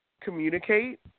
communicate